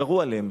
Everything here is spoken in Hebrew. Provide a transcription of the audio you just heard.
ירו עליהם.